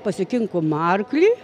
pasikinkom arklį